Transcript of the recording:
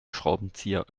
schraubenzieher